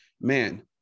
Man